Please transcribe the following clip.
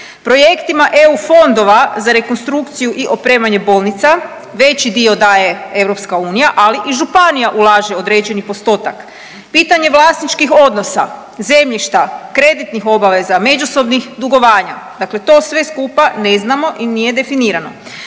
projektima EU fondova za rekonstrukciju i opremanje bolnica, veći dio daje EU, ali i županija ulaže određen postotak, pitanje vlasničkih odnosa, zemljišta, kreditnih obaveza, međusobnih dugovanja, dakle to sve skupa ne znamo i nije definirano.